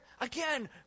Again